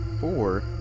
four